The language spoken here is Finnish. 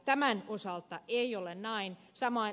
tämän osalta ei ole näin